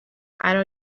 قرار